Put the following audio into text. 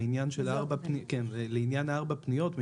לעניין ארבע הפניות,